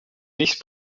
vice